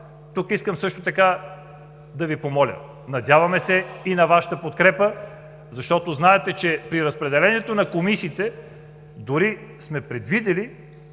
Тук искам също така да Ви помоля: надяваме се и на Вашата подкрепа, защото знаете, че при разпределението на комисиите дори сме предвидили